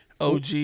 OG